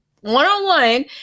one-on-one